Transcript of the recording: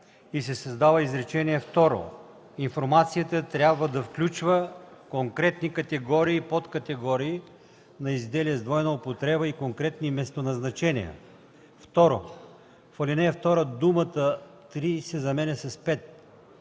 и се създава изречение второ: „Информацията трябва да включва конкретни категории и подкатегории на изделия с двойна употреба и конкретни местоназначения”. 2. В ал. 2 думата „три” се заменя с